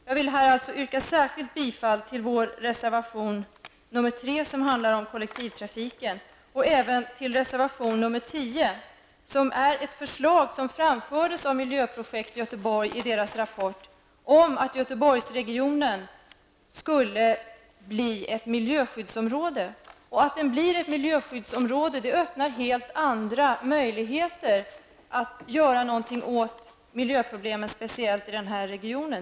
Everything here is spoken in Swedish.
Jag vill dock yrka bifall till vår reservation nr 3 som handlar om kollektivtrafiken och även till reservation nr 10. Denna reservation innehåller ett förslag som framfördes i rapporten från Miljöprojekt Göteborg om att Göteborgsregionen skulle bli ett miljöskyddsområde. Om det skulle bli ett miljöskyddsområde, öppnar det helt andra möjligheter att göra något åt miljöproblemen speciellt i denna region.